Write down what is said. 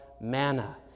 manna